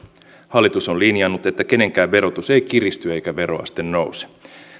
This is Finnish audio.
hallitus on linjannut että kenenkään verotus ei kiristy eikä veroaste nouse